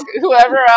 whoever